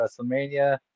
wrestlemania